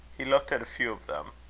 he looked at a few of them.